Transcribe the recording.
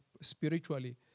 spiritually